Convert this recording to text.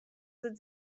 that